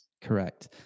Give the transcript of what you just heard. Correct